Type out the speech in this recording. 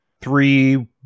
three